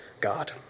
God